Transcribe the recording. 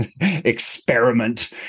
experiment